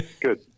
Good